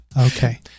Okay